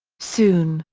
soon,